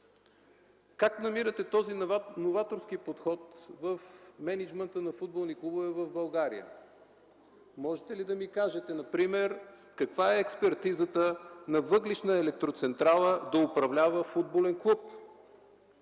Как намирате този новаторски подход в мениджмънта на футболни клубове в България? Можете ли да ми кажете, например, каква е експертизата на въглищна електроцентрала да управлява футболен клуб?